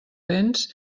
vents